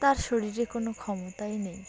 তার শরীরে কোনো ক্ষমতাই নেই